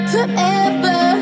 Forever